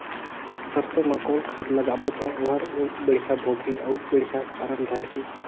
सरसो मा कौन खाद लगाबो ता ओहार बेडिया भोगही अउ बेडिया फारम धारही?